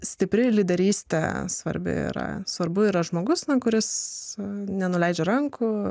stipri lyderystė svarbi yra svarbu yra žmogus kuris nenuleidžia rankų